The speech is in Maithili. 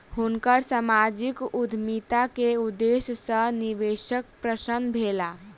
हुनकर सामाजिक उद्यमिता के उदेश्य सॅ निवेशक प्रसन्न भेला